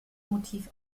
motiv